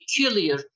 peculiar